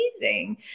amazing